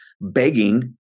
begging